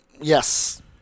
Yes